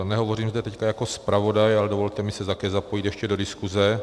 Nehovořím zde teď jako zpravodaj, ale dovolte mi také se zapojit ještě do diskuze.